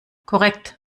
korrekt